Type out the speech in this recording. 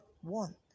One